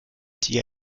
die